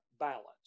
Balance